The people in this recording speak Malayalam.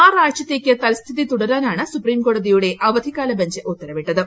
ആറാഴ്ചത്തേക്ക് തൽസ്ഥിതി തുടരാനാണ് സുപ്രീംകോടതിയുടെ അവധിക്കാല ബഞ്ച് ഉത്തരവിട്ടത്